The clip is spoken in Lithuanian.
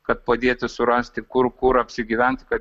kad padėti surasti kur kur apsigyvent kad